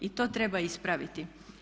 I to treba ispraviti.